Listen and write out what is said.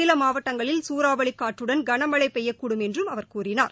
சில மாவட்டங்களில் குறாவளிக் காற்றடன் கனமழை பெய்யக்கூடும் என்றும் அவர் கூறினார்